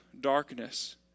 darkness